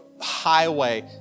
highway